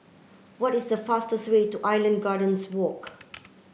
what is the fastest way to Island Gardens Walk